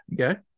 Okay